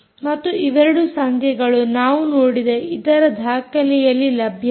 ಮತ್ತು ಇವೆರಡು ಸಂಖ್ಯೆಗಳು ನಾವು ನೋಡಿದ ಇತರ ದಾಖಲೆಯಲ್ಲಿ ಲಭ್ಯವಿದೆ